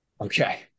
Okay